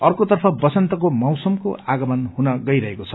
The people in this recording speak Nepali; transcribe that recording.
अर्कोतर्फ बसन्तको मौसमको आगमन हुन गइरहेको छ